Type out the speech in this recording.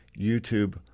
YouTube